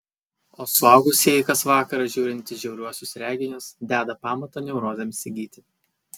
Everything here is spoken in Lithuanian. o suaugusieji kas vakarą žiūrintys žiauriuosius reginius deda pamatą neurozėms įgyti